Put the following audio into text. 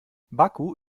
baku